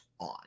on